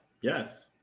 Yes